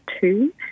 two